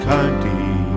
County